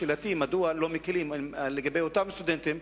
שאלתי: מדוע לא מקלים לאותם סטודנטים,